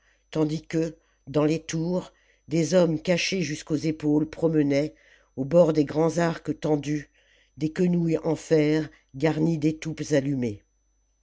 tandis que dans les tours des hommes cachés jusqu'aux épaules promenaient au bord des grands arcs tendus des quenouilles en fer garnies d'étoupes allumées